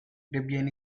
debian